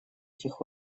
этих